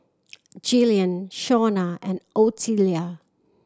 Gillian Shawna and Ottilia